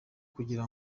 kugira